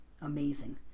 amazing